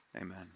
amen